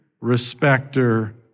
respecter